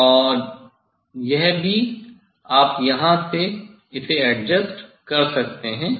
और यह भी आप इसे यहां एडजस्ट कर सकते हैं